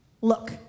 Look